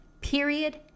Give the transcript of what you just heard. Period